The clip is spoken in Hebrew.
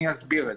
ואסביר.